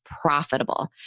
profitable